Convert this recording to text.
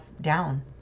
down